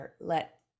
let